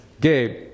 Gabe